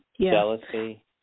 jealousy